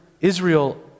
Israel